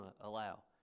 allow